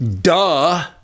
Duh